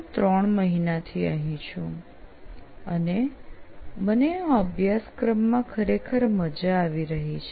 હું ત્રણ મહિનાથી અહીં છું અને મને આ અભ્યાસક્રમમાં ખરેખર મજા આવી રહી છે